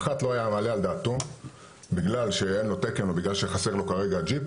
מח"ט לא היה מעלה על דעתו בגלל שאין לו תקן או שבגלל שחסר לו כרגע ג'יפ,